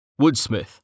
Woodsmith